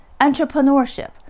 entrepreneurship